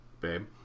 babe